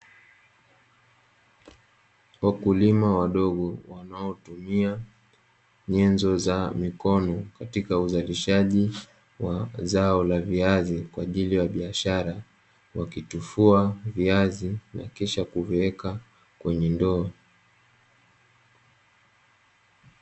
Wakulima wadogo, wanaotumia nyenzo za mikono katika uzalishaji wa zao la viazi kwa ajili ya biashara. Wakitifua viazi na kisha kuviweka kwenye ndoo.